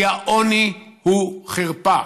כי העוני הוא חרפה.